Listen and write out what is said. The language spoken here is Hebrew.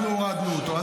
אנחנו הורדנו אותו.